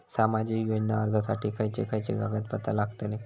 सामाजिक योजना अर्जासाठी खयचे खयचे कागदपत्रा लागतली?